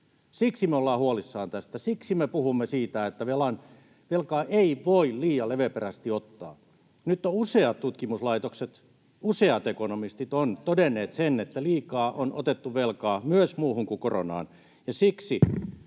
Siksi me olemme huolissamme tästä. Siksi me puhumme siitä, että velkaa ei voi liian leväperäisesti ottaa. Nyt ovat useat tutkimuslaitokset, useat ekonomistit todenneet sen, että liikaa on otettu velkaa, myös muuhun kuin koronaan.